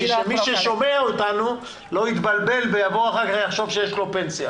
בשביל שמי ששומע אותנו לא יתבלבל ויבוא אחר כך ויחשוב שיש לו פנסיה.